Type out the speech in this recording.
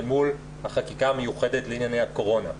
אל מול החקיקה המיוחדת לענייני הקורונה.